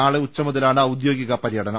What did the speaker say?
നാളെ ഉച്ചമുതലാണ് ഔദ്യോഗിക പര്യ ടനം